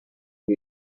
die